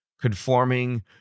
conforming